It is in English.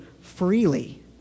freely